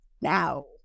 Now